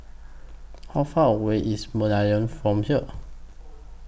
How Far away IS Merlion from here